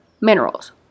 Minerals